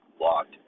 locked